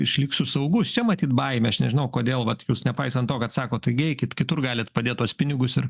išliksiu saugus čia matyt baimė aš nežinau kodėl vat jūs nepaisant to kad sakot taigi eikit kitur galit padėt tuos pinigus ir